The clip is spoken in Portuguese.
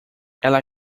ela